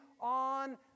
on